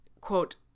quote